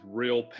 real